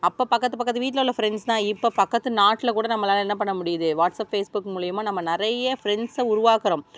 அப்போ பக்கத்து பக்கத்து வீட்டில் உள்ள ஃப்ரெண்ட்ஸ் தான் இப்போ பக்கத்து நாட்டில் கூட நம்மளால் என்ன பண்ண முடியுது வாட்ஸ்அப் ஃபேஸ்புக் மூலிமா நம்ம நெறைய ஃப்ரெண்ட்ஸை உருவாக்குகிறோம்